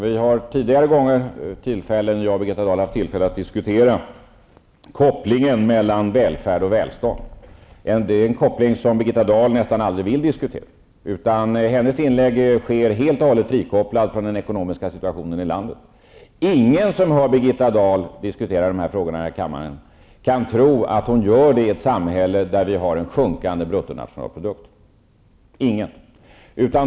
Birgitta Dahl och jag har tidigare haft tillfälle att diskutera kopplingen mellan välfärd och välstånd. Det är den kopplingen som hon nästan aldrig vill diskutera. Hennes inlägg är helt och hållet frikopplade från den ekonomiska situationen i landet. Ingen som hör Birgitta Dahl diskutera de här frågorna här i kammaren kan tro att hon gör det i ett samhälle där vi har en sjunkande bruttonationalprodukt.